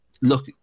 look